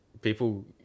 people